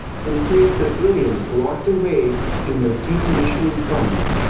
and free up the billions locked away in their decommissioning funds.